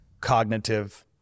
cognitive